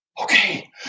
Okay